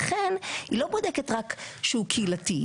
לכן היא לא בודקת רק שהוא קהילתי.